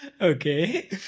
Okay